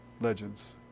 legends